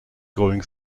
going